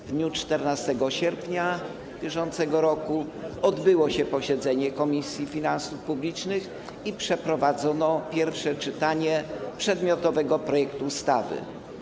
W dniu 14 sierpnia br. odbyło się posiedzenie Komisji Finansów Publicznych i przeprowadzono pierwsze czytanie przedmiotowego projektu ustawy.